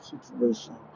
situation